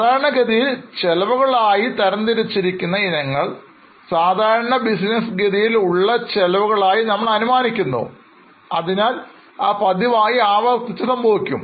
സാധാരണഗതിയിൽ ചെലവുകൾ ആയി തരം തിരിച്ചിരിക്കുന്ന ഇനങ്ങൾ സാധാരണ ബിസിനസ് ഗതിയിൽ ഉള്ള ചെലവുകൾ ആയി നമ്മൾ അനുമാനിക്കുന്നു അതിനാൽ അവ പതിവായി ആവർത്തിച്ച് സംഭവിക്കും